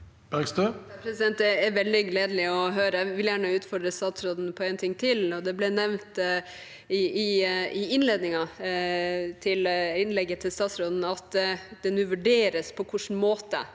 Det er veldig gledelig å høre. Jeg vil gjerne utfordre statsråden på én ting til. Det ble nevnt i innledningen til innlegget til statsråden at det nå vurderes på hvilken måte